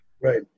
Right